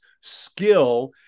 skill